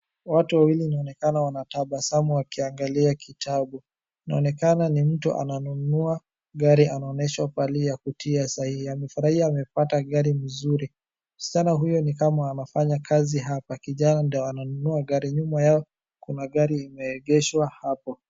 Watu wawili inaonekana wanatabasamu wakiangalia kitabu. Inaonekana ni mtu ananunua gari anaonyeshwa pahali ya kutia sahihi. Amefurahia amepata gari nzuri. Msichana huyu ni kama anafanya kazi hapa, kijana ndio ananunua. Nyuma yao kuna gari imeegeshwa hapo.